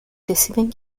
deciden